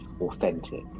authentic